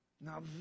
Now